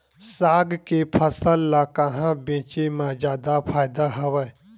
साग के फसल ल कहां बेचे म जादा फ़ायदा हवय?